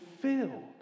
filled